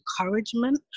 encouragement